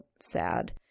sad